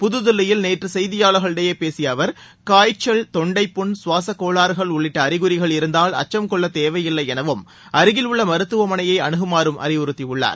புதுதில்லியில் நேற்று செய்தியாளர்களிடையே பேசிய அவர் காய்ச்சல் தொண்டைப் புண் சுவாசக்கோளாறுகள் உள்ளிட்ட அறிகுறிகள் இருந்தால் அச்சம் கொள்ளத்தேவையில்லை எனவும் அருகில் உள்ள மருத்துவமனையை அனுகுமாறும் அறிவுத்தியுள்ளார்